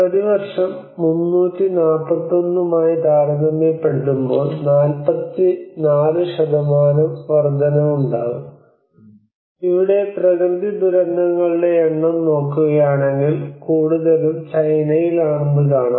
പ്രതിവർഷം 341 മായി താരതമ്യപ്പെടുത്തുമ്പോൾ 44 വർദ്ധനവുണ്ടാകും ഇവിടെ പ്രകൃതി ദുരന്തങ്ങളുടെ എണ്ണം നോക്കുകയാണെങ്കിൽ കൂടുതലും ചൈനയിൽ ആണെന്ന് കാണാം